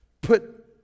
put